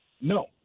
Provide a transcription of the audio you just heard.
No